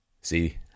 See